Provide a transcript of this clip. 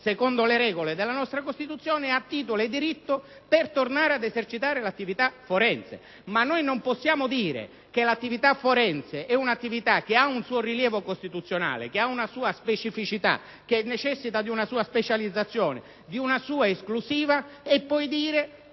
secondo le regole della nostra Costituzione, ha titolo e diritto per tornare ad esercitare l'attività forense. Non possiamo però dire che l'attività forense ha un suo rilievo costituzionale, una sua specificità e che necessita di una specializzazione e di una sua esclusiva e poi